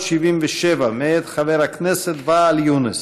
477, מאת חבר הכנסת ואאל יונס.